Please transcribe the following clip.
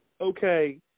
Okay